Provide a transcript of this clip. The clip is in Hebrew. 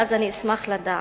אני אשמח לדעת,